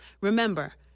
remember